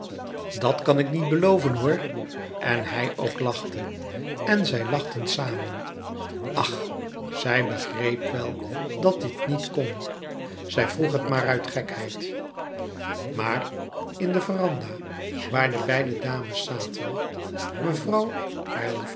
dat kan ik niet beloven hoor en hij ook lachte en zij lachten samen ach zij begreep wel dat dit niet kon zij vroeg het maar uit gekheid maar in de verandah waar de beide dames zaten mevrouw